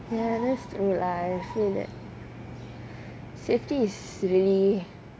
ya that's true lah I feel that safety is really